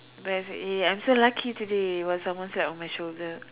then I say eh I'm so lucky today when someone sat on my shoulder